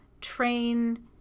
train